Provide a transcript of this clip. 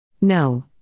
No